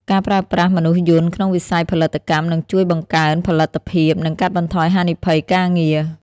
ការប្រើប្រាស់មនុស្សយន្តក្នុងវិស័យផលិតកម្មនឹងជួយបង្កើនផលិតភាព និងកាត់បន្ថយហានិភ័យការងារ។